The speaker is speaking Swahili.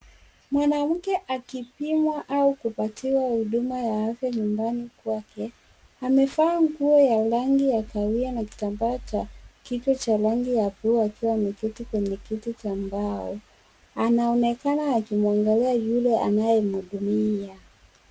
Mwanamke akipimwa au kupatiwa huduma ya afya nyumbani kwake amevaa nguo ya rangi ya kahawia na kitambaa cha kichwa cha rangi ya bluu akiwa ameketi kwenye kiti cha mbao. Anaonekana akimwangalia yule anaye mhudumia.